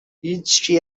هیچکی